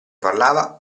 parlava